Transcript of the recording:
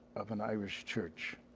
of an irish church